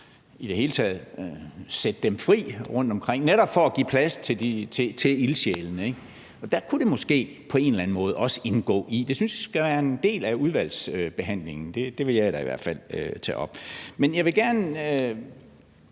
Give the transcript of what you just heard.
det her med at sætte dem fri rundtomkring, netop for at give plads til ildsjælene. Der kunne det måske på en eller anden måde også indgå i. Det synes jeg skal være en del af udvalgsbehandlingen. Det vil jeg da i hvert fald tage op. Fru Anni